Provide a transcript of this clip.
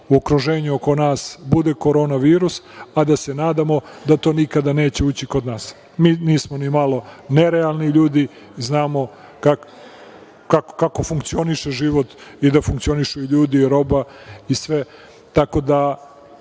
u okruženju oko nas bude korona virus, a da se nadamo da to nikada neće ući kod nas. Mi nismo ni malo nerealni ljudi, znamo kako funkcioniše život i da funkcionišu ljudi i roba i sve, tako da